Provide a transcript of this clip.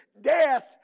death